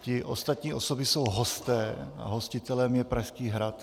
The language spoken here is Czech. Ty ostatní osoby jsou hosté a hostitelem je Pražský hrad.